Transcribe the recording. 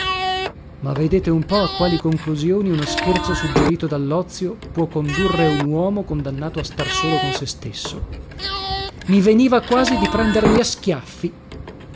ma vedete un po a quali conclusioni uno scherzo suggerito dallozio può condurre un uomo condannato a star solo con se stesso i veniva quasi di prendermi a schiaffi